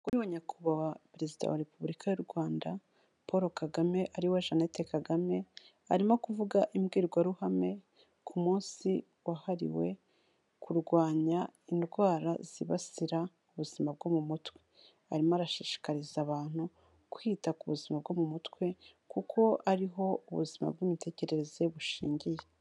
Umugore nyakubahwa perezida wa repubulika y'u Rwanda Paul Kagame ariwe Jeannette Kagame arimo kuvuga imbwirwaruhame ku munsi wahariwe kurwanya indwara zibasira ubuzima bwo mu mutwe, arimo arashishikariza abantu kwita ku buzima bwo mu mutwe kuko ariho ubuzima bw'imitekerereze bushingiye.